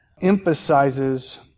emphasizes